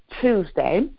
Tuesday